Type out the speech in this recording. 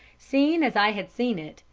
seen as i had seen it,